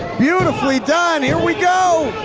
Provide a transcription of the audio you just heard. beautifully done, here we go,